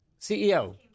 CEO